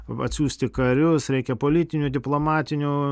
atsiųsti karius reikia politinių diplomatinių